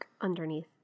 underneath